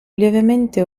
lievemente